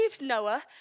Noah